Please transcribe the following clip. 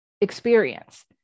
experience